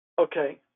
Okay